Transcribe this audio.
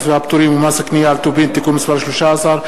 והפטורים ומס קנייה על טובין (תיקון מס' 13),